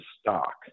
stock